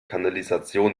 kanalisation